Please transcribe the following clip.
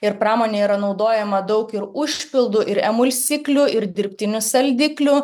ir pramonėje yra naudojama daug ir užpildų ir emulsiklių ir dirbtinių saldiklių